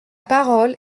parole